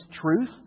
truth